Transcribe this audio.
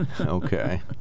Okay